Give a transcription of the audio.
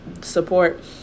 support